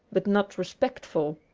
but not respectful.